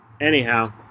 anyhow